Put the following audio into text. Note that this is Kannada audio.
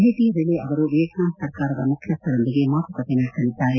ಭೇಟಿಯ ವೇಳೆ ಅವರು ವಿಯೆಟ್ನಾಂನ ಸರ್ಕಾರದ ಮುಖ್ಯಸ್ಥರೊಂದಿಗೆ ಮಾತುಕತೆ ನಡೆಸಲಿದ್ದಾರೆ